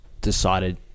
decided